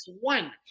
one